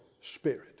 spirit